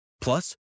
Plus